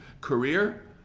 career